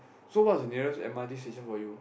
so what's the nearest m_r_t station for you